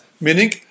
meaning